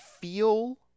feel